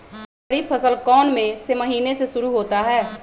खरीफ फसल कौन में से महीने से शुरू होता है?